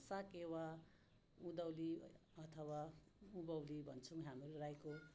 साकेवा उँधौली अथवा उँभौली भन्छौँ हाम्रो राईको